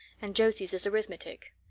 and josie's is arithmetic.